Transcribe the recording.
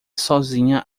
sozinha